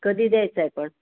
कधी द्यायचा आहे पण